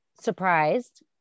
surprised